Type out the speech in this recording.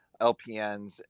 LPNs